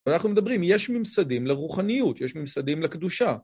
אנחנו מדברים, יש ממסדים לרוחניות, יש ממסדים לקדושה.